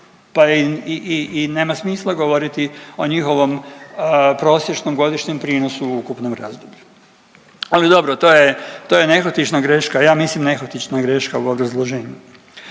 i, i nema smisla govoriti o njihovom prosječnom godišnjem prinosu u ukupnom razdoblju, ali dobro, to je, to je nehotična greška, ja mislim nehotična greška u obrazloženju.